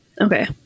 Okay